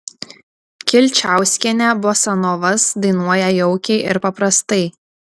kilčiauskienė bosanovas dainuoja jaukiai ir paprastai